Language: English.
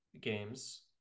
games